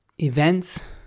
events